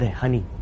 honey